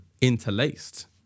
interlaced